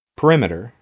perimeter